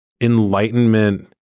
enlightenment